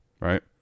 right